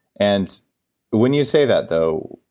and when you say that though,